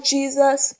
Jesus